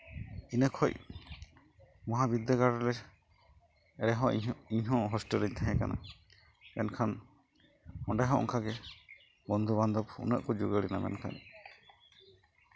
ᱤᱱᱟᱹ ᱠᱷᱚᱱ ᱢᱚᱦᱟ ᱵᱤᱫᱽᱫᱟᱹᱜᱟᱲ ᱨᱮᱞᱮ ᱮᱲᱮ ᱦᱚᱸ ᱤᱧ ᱦᱚᱸ ᱦᱳᱥᱴᱮᱹᱞ ᱨᱤᱧ ᱛᱟᱦᱮᱸ ᱠᱟᱱᱟ ᱮᱱᱠᱷᱟᱱ ᱚᱸᱰᱮ ᱦᱚᱸ ᱚᱱᱠᱟᱜᱮ ᱵᱚᱱᱫᱷᱩ ᱵᱟᱱᱫᱷᱚᱵᱽ ᱩᱱᱟᱹᱜ ᱠᱚ ᱡᱳᱜᱟᱲ ᱮᱱᱟ ᱢᱮᱱᱠᱷᱟᱱ